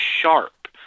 sharp